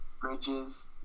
Bridges